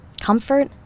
Comfort